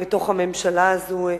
בתוך הממשלה הזאת,